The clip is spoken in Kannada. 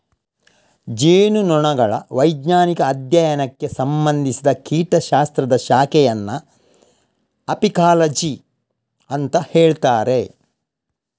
ಜೇನುನೊಣಗಳ ವೈಜ್ಞಾನಿಕ ಅಧ್ಯಯನಕ್ಕೆ ಸಂಬಂಧಿಸಿದ ಕೀಟ ಶಾಸ್ತ್ರದ ಶಾಖೆಯನ್ನ ಅಪಿಕಾಲಜಿ ಅಂತ ಹೇಳ್ತಾರೆ